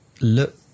look